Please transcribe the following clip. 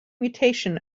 mutation